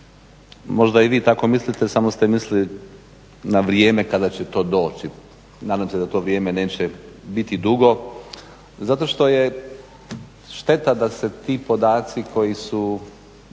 Možda i vi tako mislite samo ste mislili na vrijeme kada će to doći, nadam se da to vrijeme neće biti dugo zato što je šteta da se ti podaci koji su